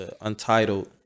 Untitled